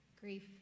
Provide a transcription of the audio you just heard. Grief